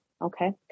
Okay